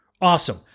Awesome